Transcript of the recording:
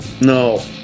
No